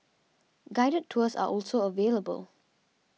guided tours are also available